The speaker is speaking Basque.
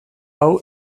hau